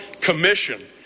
commission